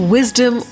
Wisdom